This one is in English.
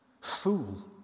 Fool